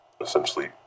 essentially